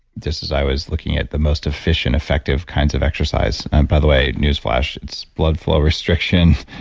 just as i was looking at the most efficient, effective kinds of exercise and by the way, newsflash, it's blood flow restriction